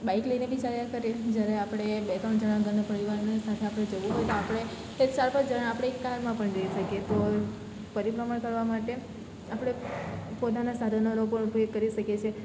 bike લઇને બી સએર કરીએ જ્યારે આપણે બે ત્રણ જણા ઘરના પરિવારને સાથે જવું હોય તો આપણે એક સાત આઠ જણા આપણે એક કારમાં પણ જઈ શકીએ તો પરિભ્રમણ કરવા માટે આપણે પોતાનાં સાધનોનો પણ ઉપયોગ કરી શકીએ છીએ